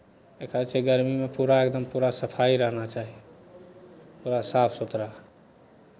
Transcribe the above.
एखन छै गर्मीमे पूरा एकदम पूरा सफाइ रहना चाही पूरा साफ सुथरा